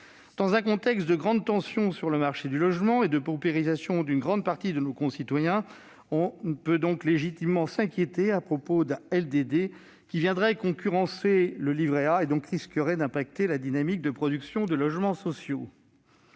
Dans un contexte de grande tension sur le marché du logement et de paupérisation d'une grande partie de nos concitoyens, on peut donc légitimement s'inquiéter que le LDT proposé concurrence le livret A et risque d'affecter la dynamique de production de logements sociaux.